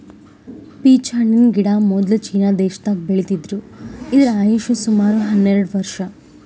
peach ಹಣ್ಣಿನ್ ಗಿಡ ಮೊದ್ಲ ಚೀನಾ ದೇಶದಾಗ್ ಬೆಳಿತಿದ್ರು ಇದ್ರ್ ಆಯುಷ್ ಸುಮಾರ್ ಹನ್ನೆರಡ್ ವರ್ಷ್